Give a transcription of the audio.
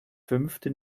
fünfte